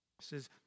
says